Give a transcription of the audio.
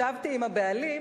ישבתי עם הבעלים,